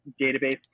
database